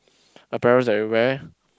everywhere